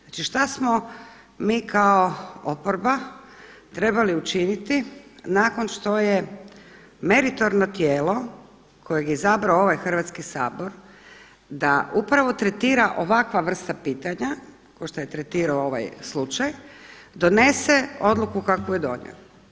Znači, što smo mi kao oporba trebali učiniti nakon što je meritorno tijelo kojega je izabrao ovaj Hrvatski sabor da upravo tretira ovakva vrsta pitanja kao što je tretirao ovaj slučaj donese odluku kakvu je donio.